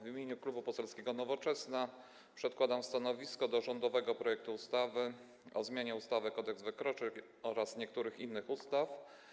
W imieniu Klubu Poselskiego Nowoczesna przedkładam stanowisko odnośnie do rządowego projektu ustawy o zmianie ustawy Kodeks wykroczeń oraz niektórych innych ustaw.